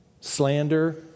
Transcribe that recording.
slander